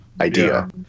idea